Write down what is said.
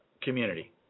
community